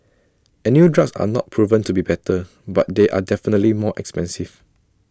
and new drugs are not proven to be better but they are definitely more expensive